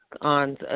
on